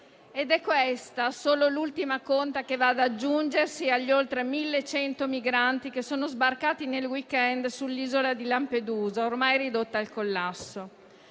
ed è questa «solo l'ultima conta, che va ad aggiungersi agli oltre 1.100 migranti che sono sbarcati nel *weekend* sull'isola di Lampedusa, ormai ridotta al collasso».